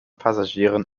passagieren